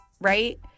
right